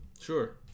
sure